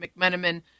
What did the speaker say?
McMenamin